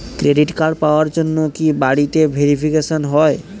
Credit card পাওয়ার জন্য কি বাড়িতে ভেরিফিকেশন হয়?